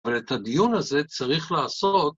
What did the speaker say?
‫אבל את הדיון הזה צריך לעשות...